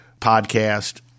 podcast